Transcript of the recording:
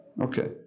okay